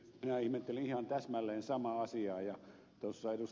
minä ihmettelin ihan täsmälleen samaa asiaa ja tuossa ed